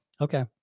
Okay